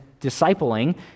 discipling